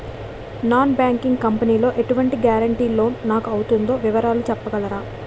Non banking company లో ఎటువంటి guarantee loan నాకు అవుతుందో వివరాలు చెప్పగలరా?